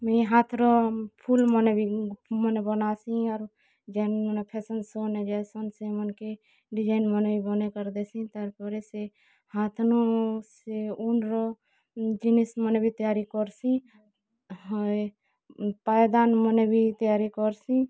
ମୁଇଁ ହାତ୍ର ଫୁଲ୍ ମନେ ବି ମନେ ବନାସି ଆରୁ ଯେନ୍ ମନେ ଫେସନ୍ ଶୋ' ନେ ଯାଏସନ୍ ସେମାନ୍କେ ଡିଜାଇନ୍ମନେ ବି ବନେଇକରି ଦେସି ତାର୍ ପରେ ସେ ହାତ୍ ନୁ ସେ ଉନ୍ର ଜିନିଷ୍ମନେ ବି ତିଆରି କର୍ସି ହଏ ପାଏଦାନ୍ ମନେ ବି ତିଆରି କର୍ସି